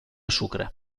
sucre